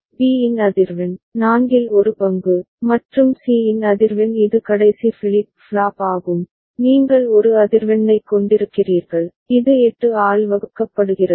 B இன் அதிர்வெண் நான்கில் ஒரு பங்கு மற்றும் C இன் அதிர்வெண் இது கடைசி ஃபிளிப் ஃப்ளாப் ஆகும் நீங்கள் ஒரு அதிர்வெண்ணைக் கொண்டிருக்கிறீர்கள் இது 8 ஆல் வகுக்கப்படுகிறது